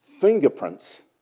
fingerprints